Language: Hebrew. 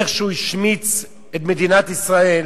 איך שהוא השמיץ את מדינת ישראל,